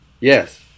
Yes